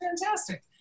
fantastic